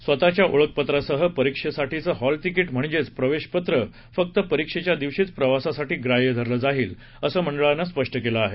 स्वतःच्या ओळखपत्रासह परीक्षेसाठीचं हॉल तिकीट म्हणजेच प्रवेश पत्र फक्त परीक्षेच्या दिवशीच प्रवासासाठी ग्राह्य धरलं जाईल असं मंडळानं स्पष्ट केलं आहे